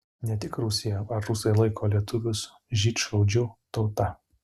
ne tik rusija ar rusai laiko lietuvius žydšaudžių tauta